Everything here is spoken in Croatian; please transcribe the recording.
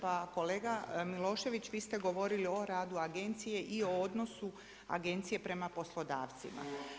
Pa kolega Milošević vi ste govorili o radu agencije i o odnosu agencije prema poslodavcima.